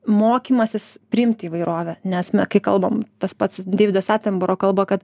mokymasis priimti įvairovę nes me kai kalbam tas pats deividas atemboro kalba kad